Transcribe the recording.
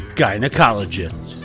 gynecologist